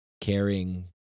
caring